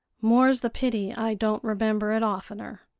more's the pity i don't remember it oftener!